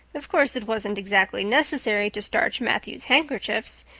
of course it wasn't exactly necessary to starch matthew's handkerchiefs!